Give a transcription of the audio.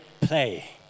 play